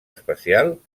especial